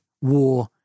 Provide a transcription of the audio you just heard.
war